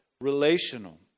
relational